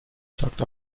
sagt